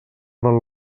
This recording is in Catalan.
del